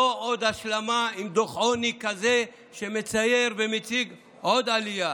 לא עוד השלמה עם דוח עוני כזה שמצייר ומציג עוד עלייה